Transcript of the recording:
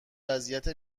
وضعیت